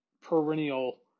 perennial